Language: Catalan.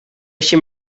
així